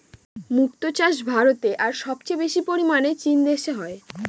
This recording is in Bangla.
মক্তো চাষ ভারতে আর সবচেয়ে বেশি পরিমানে চীন দেশে হয়